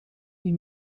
niet